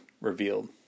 revealed